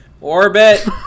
Orbit